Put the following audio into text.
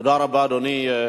תודה רבה, אדוני.